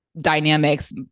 dynamics